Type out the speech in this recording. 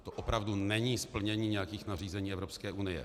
To opravdu není splnění nějakých nařízení Evropské unie.